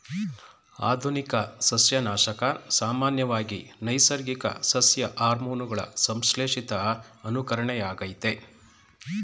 ಆಧುನಿಕ ಸಸ್ಯನಾಶಕ ಸಾಮಾನ್ಯವಾಗಿ ನೈಸರ್ಗಿಕ ಸಸ್ಯ ಹಾರ್ಮೋನುಗಳ ಸಂಶ್ಲೇಷಿತ ಅನುಕರಣೆಯಾಗಯ್ತೆ